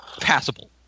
passable